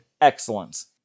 excellence